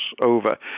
over